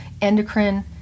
endocrine